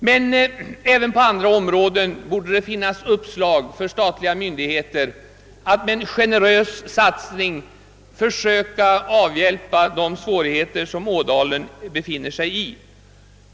Men även på andra områden borde det finnas uppslag för statliga myndigheter att med en generös satsning försöka avhiälpa de svårigheter som Ådalen befinner sig i.